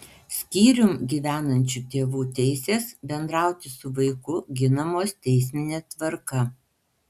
skyrium gyvenančių tėvų teisės bendrauti su vaiku ginamos teismine tvarka